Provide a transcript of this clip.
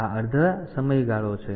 તેથી આ અડધા સમયગાળો આ છે